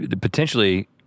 potentially